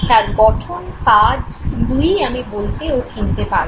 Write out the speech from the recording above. তার গঠন কাজ দুইই আমি বলতে ও চিনতে পারবো